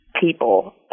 people